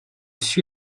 fut